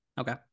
Okay